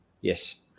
Yes